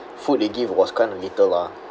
food they give was kind of little lah